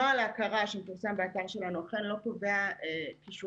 נוהל ההכרה שמפורסם באתר שלנו אכן לא קובע כישורים